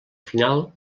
final